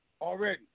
already